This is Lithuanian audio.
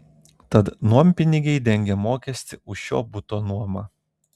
tad nuompinigiai dengia mokestį už šio buto nuomą